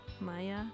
Maya